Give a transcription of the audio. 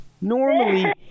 Normally